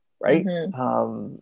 right